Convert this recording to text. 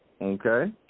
Okay